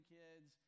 kids